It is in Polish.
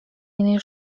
innej